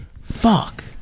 Fuck